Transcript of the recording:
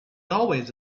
always